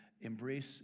embrace